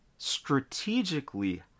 strategically